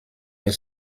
les